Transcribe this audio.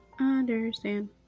understand